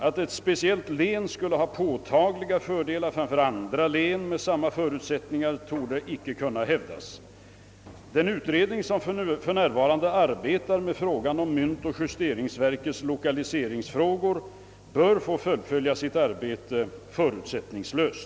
Att ett speciellt län skulle ha påtagliga fördelar framför andra län med samma förutsättningar torde ej kunna hävdas. Den utredning som f.n. arbetar med frågan om myntoch justeringsverkets lokaliseringsfrågor bör få fullfölja sitt arbete förutsättningslöst.